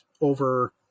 over